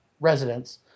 residents